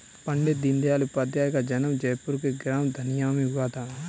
पण्डित दीनदयाल उपाध्याय का जन्म जयपुर के ग्राम धनिया में हुआ था